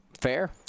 Fair